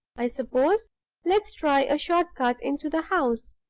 i suppose let's try a short cut into the house.